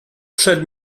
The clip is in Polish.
przed